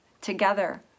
together